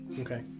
Okay